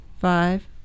Five